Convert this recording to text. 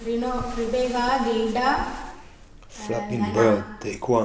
Reno Rebecca Gilda Hana